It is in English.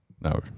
No